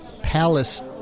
palace